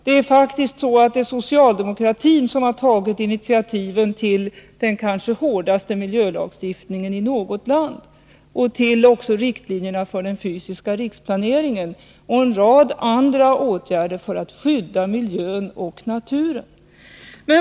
Det är faktiskt socialdemokratin som har tagit initiativen till den kanske hårdaste miljölagstiftningen i något land, till riktlinjerna för den fysiska riksplaneringen och till en rad andra åtgärder för att skydda miljön och naturen.